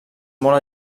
molt